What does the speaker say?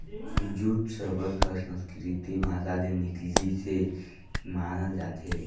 jute सबद हर संस्कृति भासा ले निकलिसे मानल जाथे